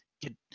Get